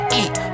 eat